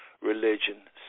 religion